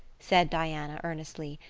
said diana earnestly,